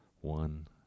one